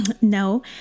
no